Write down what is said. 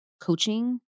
coaching